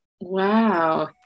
Wow